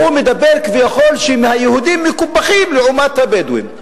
והוא אומר שכביכול היהודים מקופחים לעומת הבדואים.